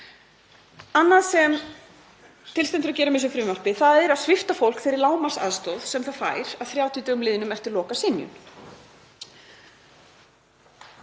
Annað sem til stendur að gera með þessu frumvarpi er að svipta fólk þeirri lágmarksaðstoð sem það fær að 30 dögum liðnum eftir lokasynjun.